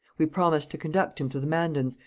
we promised to conduct him to the mandans,